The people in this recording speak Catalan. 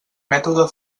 mètode